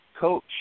coach